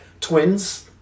Twins